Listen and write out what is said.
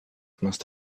must